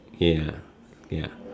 ya ya